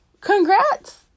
congrats